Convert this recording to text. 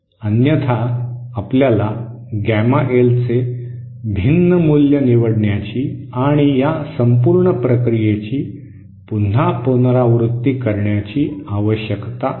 अन्यथा आपल्याला गॅमा एलचे भिन्न मूल्य निवडण्याची आणि या संपूर्ण प्रक्रियेची पुन्हा पुनरावृत्ती करण्याची आवश्यकता आहे